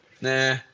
nah